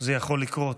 זה יכול לקרות.